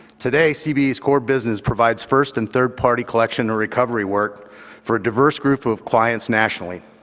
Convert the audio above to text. today, cbe's core business provides first and third-party collection or recovery work for a diverse group of clients nationally,